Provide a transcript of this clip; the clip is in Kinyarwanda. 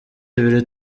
ibiri